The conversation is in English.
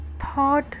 thought